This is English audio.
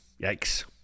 yikes